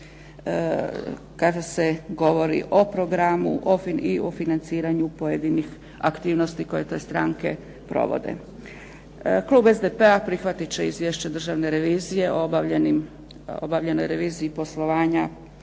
kada se govori o programu i o financiranju pojedinih aktivnosti koje te stranke provode. Klub SDP-a prihvatit će Izvješće Državne revizije o obavljenoj reviziji poslovanja